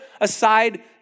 aside